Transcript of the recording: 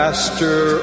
Master